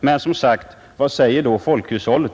Men vad säger då folkhushållet?